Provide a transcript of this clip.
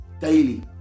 daily